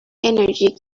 energy